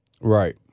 Right